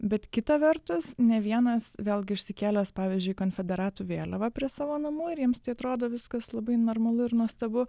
bet kita vertus ne vienas vėlgi išsikėlęs pavyzdžiui konfederatų vėliavą prie savo namų ir jiems tai atrodo viskas labai normalu ir nuostabu